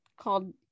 called